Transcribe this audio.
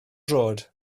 droed